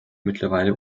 mittlerweile